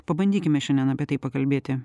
pabandykime šiandien apie tai pakalbėti